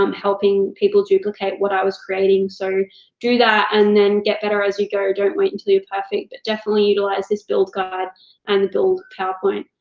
um helping people duplicate what i was creating, so do that, and then get better as you go. don't wait until you're perfect. but definitely utilize this build guide and build powerpoint.